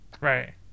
Right